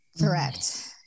Correct